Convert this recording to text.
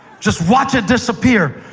just watch it disappear.